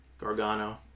Gargano